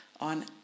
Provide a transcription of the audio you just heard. on